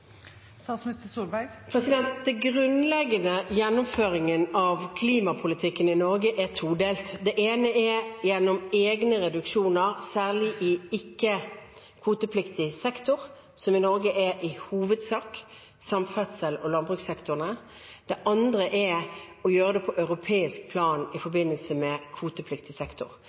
grunnleggende gjennomføringen av klimapolitikken i Norge er todelt. Det ene er gjennom egne reduksjoner, særlig i ikke-kvotepliktig sektor, som i Norge i hovedsak er samferdsels- og landbrukssektorene. Det andre er å gjøre det på europeisk plan i forbindelse med kvotepliktig sektor.